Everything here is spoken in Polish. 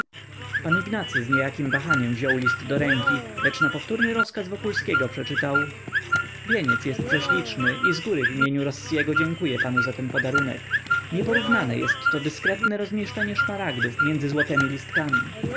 polityki pan ignacy z niejakiem wahaniem wziął list do ręki lecz na powtórny rozkaz wokulskiego przeczytał wieniec jest prześliczny i już zgóry w imieniu rossiego dziękuję panu za ten podarunek nieporównane jest to dyskretne rozmieszczenie szmaragdów między złotemi listkami